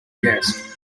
desk